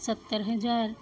ਸੱਤਰ ਹਜ਼ਾਰ